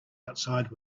outside